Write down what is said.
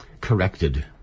corrected